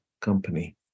company